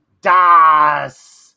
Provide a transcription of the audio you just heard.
Das